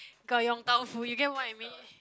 got Yong-Tau-Foo you get what I mean